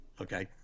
Okay